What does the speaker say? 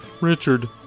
Richard